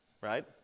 right